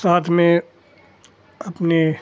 साथ में अपने